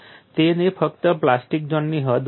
તેને ફક્ત પ્લાસ્ટિક ઝોનની હદ મળી હતી